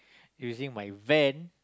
using my van